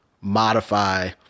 modify